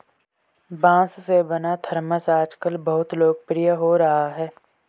बाँस से बना थरमस आजकल बहुत लोकप्रिय हो रहा है